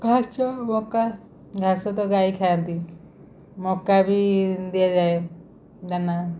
ଘାସ ମକା ଘାସ ତ ଗାଈ ଖାଆନ୍ତି ମକା ବି ଦିଆଯାଏ ଦାନା